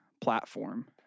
platform